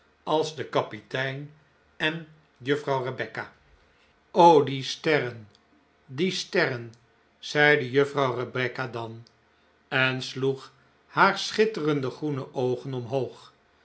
als de kapitein en juffrouw rebecca die sterren die sterren zeide juffrouw rebecca dan en sloeg haar schitterende groene oogen omhoog